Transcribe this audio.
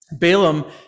Balaam